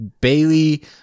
Bailey